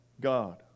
God